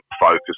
focus